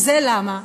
וזה למה?